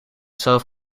zelf